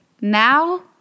Now